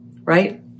right